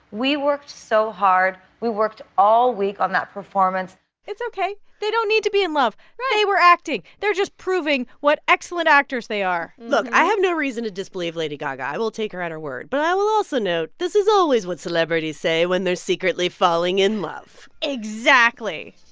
we worked so hard. we worked all week on that performance it's ok. they don't need to be in love right they were acting. they're just proving what excellent actors they are look. i have no reason to disbelieve lady gaga. i will take her at her word. but i will also note this is always what celebrities say when they're secretly falling in love exactly.